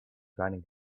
running